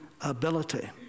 ability